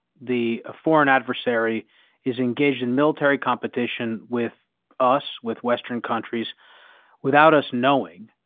the foreign adversary is engaged in military competition with us, with western countries without us knowing,